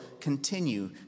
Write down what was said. continue